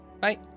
bye